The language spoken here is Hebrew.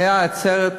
הייתה עצרת,